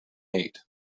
eight